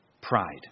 Pride